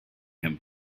him